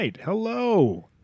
hello